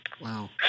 Wow